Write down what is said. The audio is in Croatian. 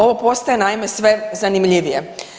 Ovo postaje naime sve zanimljivije.